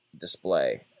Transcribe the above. display